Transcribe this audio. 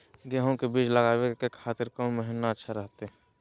गेहूं के बीज लगावे के खातिर कौन महीना अच्छा रहतय?